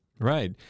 Right